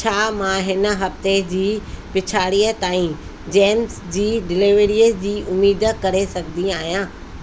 छा मां हिन हफ़्ते जी पिछाड़ीअ ताईं जैम्स जी डिलीवरीअ जी उमेदु करे सघंदी आहियां